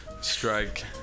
strike